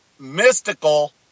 mystical